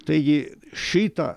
taigi šitą